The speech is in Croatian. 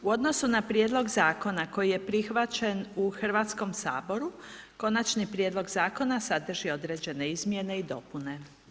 U odnosu na Prijedlog Zakona koji je prihvaćen u Hrvatskom saboru, konačni prijedlog Zakona sadrži određene izmjene i dopune.